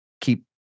keep